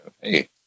hey